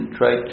try